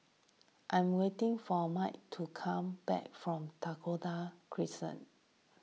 I'm waiting for Mikel to come back from Dakota Crescent